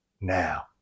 now